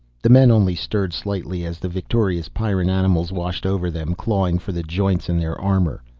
the men only stirred slightly as the victorious pyrran animals washed over them, clawing for the joints in their armor.